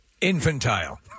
Infantile